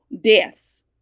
deaths